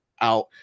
out